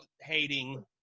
hating